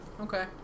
Okay